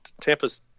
tampa's